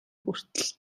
хүртэл